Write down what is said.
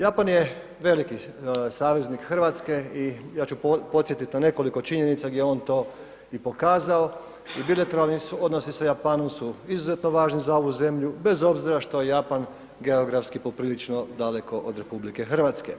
Japan je veliki saveznik Hrvatske i ja ću podsjetiti na nekoliko činjenica gdje je on to i pokazao i bilateralni odnosi sa Japanom su izuzetno važni za ovu zemlju bez obzira što je Japan geografski poprilično daleko od RH.